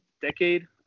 decade